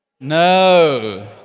no